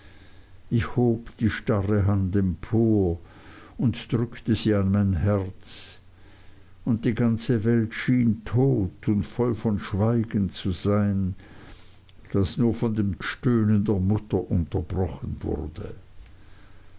ich hob die starre hand empor und drückte sie an mein herz und die ganze welt schien tot und voll von schweigen zu sein das nur von dem stöhnen der mutter unterbrochen wurde